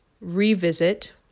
revisit